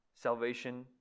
salvation